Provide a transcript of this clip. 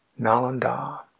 Nalanda